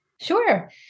Sure